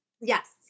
Yes